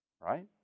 right